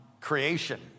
creation